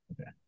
Okay